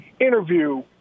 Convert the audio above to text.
interview